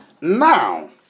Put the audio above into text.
Now